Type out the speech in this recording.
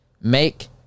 make